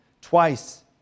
twice